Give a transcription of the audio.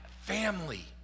family